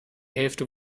hälfte